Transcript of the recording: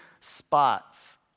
spots